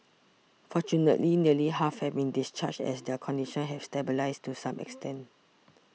fortunately nearly half have been discharged as their condition have stabilised to some extent